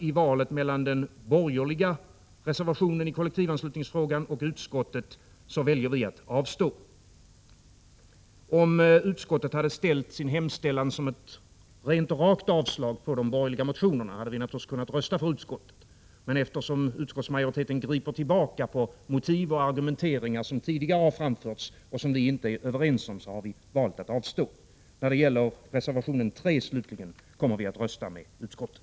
I valet mellan den borgerliga reservationen i kollektivanslutningsfrågan och utskottets hemställan väljer vi att avstå från att rösta. Om utskottet hade ställt sin hemställan som ett rent och rakt avslag på de borgerliga motionerna hade vi naturligtvis kunnat rösta på utskottet. Men eftersom utskottsmajoriteten griper tillbaka på motiv och argumenteringar som tidigare har framförts och som vi inte är överens med utskottet om, har vi valt att avstå. När det gäller reservation 3 slutligen kommer vi att rösta med utskottet.